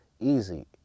Easy